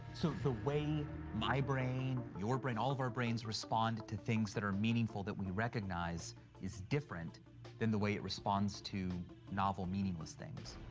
so the way my brain, your brain, all of our brains respond to things that are meaningful that we recognize is different than the way it responds to novel meaningless things?